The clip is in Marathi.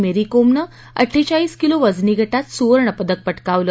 मेरी कोमने अड्डेचाळीस किलो वजनी गटात सुवर्णपदक पटकावलं